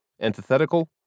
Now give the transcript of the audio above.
antithetical